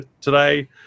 today